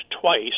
twice